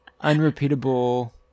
Unrepeatable